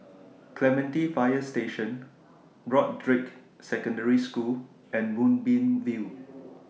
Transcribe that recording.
Clementi Fire Station Broadrick Secondary School and Moonbeam View